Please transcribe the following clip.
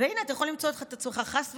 הינה, אתה יכול למצוא את עצמך, חס וחלילה,